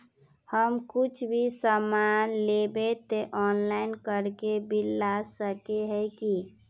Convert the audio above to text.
हम कुछ भी सामान लेबे ते ऑनलाइन करके बिल ला सके है की?